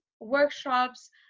workshops